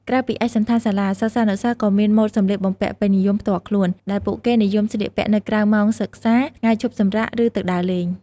ក្រៅពីឯកសណ្ឋានសាលា សិស្សានុសិស្សក៏មានម៉ូដសម្លៀកបំពាក់ពេញនិយមផ្ទាល់ខ្លួន ដែលពួកគេនិយមស្លៀកពាក់នៅក្រៅម៉ោងសិក្សា ថ្ងៃឈប់សម្រាក ឬទៅដើរលេង។